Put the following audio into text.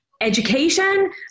education